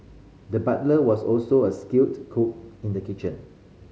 the butcher was also a skilled cook in the kitchen